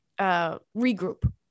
regroup